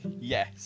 Yes